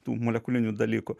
tų molekulinių dalykų